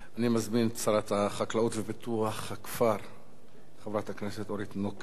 אני מזמין את שרת החקלאות ופיתוח הכפר חברת הכנסת אורית נוקד